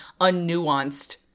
unnuanced